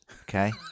okay